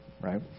right